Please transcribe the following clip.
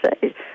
say